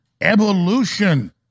evolution